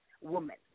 woman